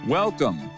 Welcome